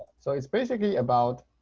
so it's basically about